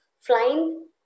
flying